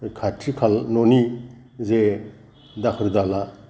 खाथि खाला न'नि जे दाखोर दाला